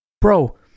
Bro